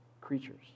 creatures